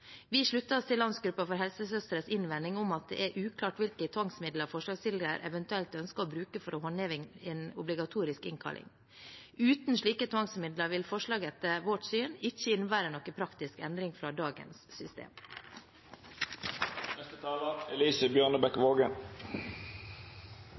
Vi slutter oss til Landsgruppen av helsesøstres innvending om at det er uklart hvilke tvangsmidler forslagsstillerne eventuelt ønsker å bruke for å håndheve en obligatorisk innkalling. Uten slike tvangsmidler vil forslaget etter vårt syn ikke innebære noen praktisk endring fra dagens